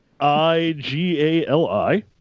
I-G-A-L-I